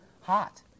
hot